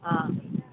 ହଁ